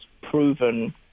proven